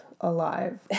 alive